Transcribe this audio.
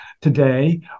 today